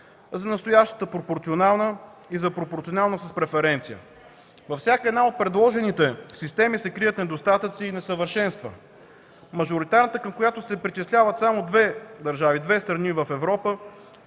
за настоящата пропорционална и за пропорционална с преференция. Във всяка една от предложените системи се крият недостатъци и несъвършенства. Мажоритарната, към която се причисляват само две страни в Европа,